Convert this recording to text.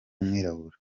umwirabura